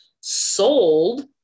sold